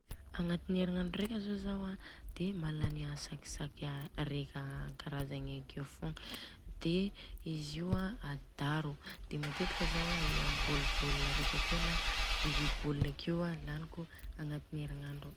Agnatina erignandro reka zô Zao an de malany an tsakitsaky reka karazagny akeo fogna, de izy Io an a daro de matetika zao an eo bôlbôla reka akeo na roiroy bôl akeo agnatiny erignandro.